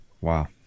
Wow